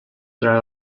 durant